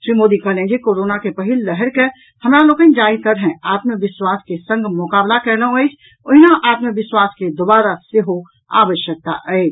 श्री मोदी कहलनि जे कोरोना के पहिल लहरि के हमरा लोकनि जाहि तरहॅ आत्मविश्वास के संग मोकाबला कयलहुं अछि ओहिना आत्मविश्वास के दोबारा सेहो आवश्यक अछि